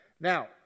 Now